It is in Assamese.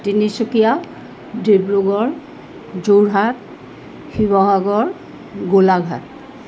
তিনিচুকীয়া ডিব্ৰুগড় যোৰহাট শিৱসাগৰ গোলাঘাট